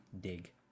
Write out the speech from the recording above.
dig